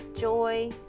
joy